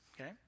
okay